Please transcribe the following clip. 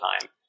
time